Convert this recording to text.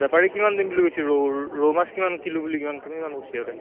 বেপাৰী কিমান দিম বুলি কৈছি ৰৌ ৰৌ মাছ কিমান কিলো বুলি কিমান কিমান মান কৈছি সিহঁতে